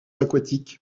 aquatiques